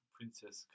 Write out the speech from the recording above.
Princess